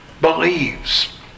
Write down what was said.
believes